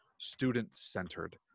student-centered